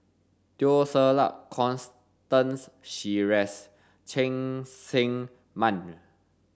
Teo Ser Luck Constance Sheares Cheng Tsang Man